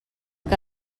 que